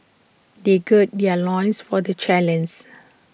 they gird their loins for the